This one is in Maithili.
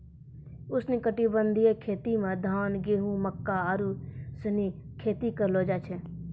उष्णकटिबंधीय खेती मे धान, गेहूं, मक्का आरु सनी खेती करलो जाय छै